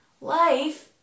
life